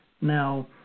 Now